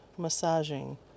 massaging